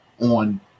on